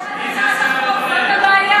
השר הממונה הוא בעד הצעת החוק, זאת הבעיה.